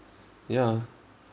ya